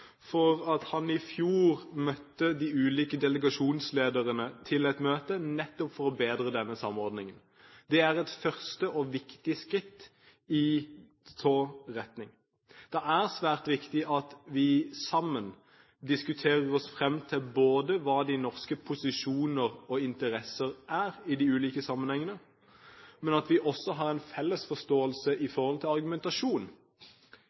for at han i fjor hadde et møte med de ulike delegasjonslederne nettopp for å bedre denne samordningen. Det er et første og viktig skritt i den retning. Det er svært viktig at vi sammen diskuterer oss fram til hva de norske posisjoner og interesser er i de ulike sammenhengene, men at vi også har en felles forståelse i